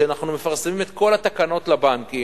כשאנחנו מפרסמים את כל התקנות לבנקים,